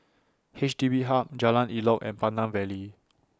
H D B Hub Jalan Elok and Pandan Valley